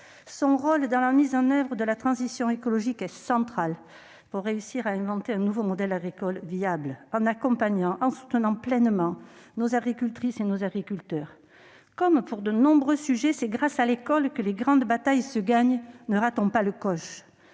Son rôle dans la mise en oeuvre de la transition écologique est central, car il est indispensable si nous voulons réussir à inventer un nouveau modèle agricole viable tout en accompagnant et en soutenant pleinement nos agricultrices et nos agriculteurs. Comme pour de nombreux sujets, c'est grâce à l'école que les grandes batailles se gagnent. Ne ratons pas le coche